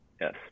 Yes